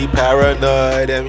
paranoid